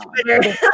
twitter